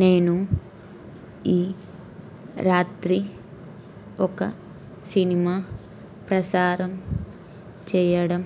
నేను ఈ రాత్రి ఒక సినిమా ప్రసారం చేయడం